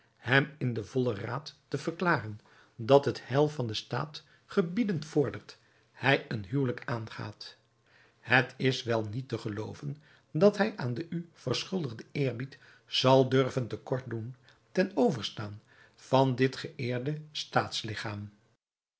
hem in den vollen raad te verklaren dat het heil van den staat gebiedend vordert hij een huwelijk aangaat het is wel niet te gelooven dat hij aan den u verschuldigden eerbied zal durven te kort doen ten overstaan van dit geëerde